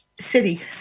city